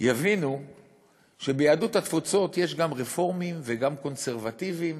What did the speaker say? יבינו שביהדות התפוצות יש גם רפורמים וגם קונסרבטיבים,